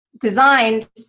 designed